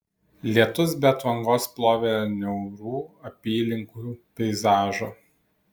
lietus be atvangos plovė niaurų apylinkių peizažą